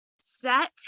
Set